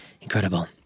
incredible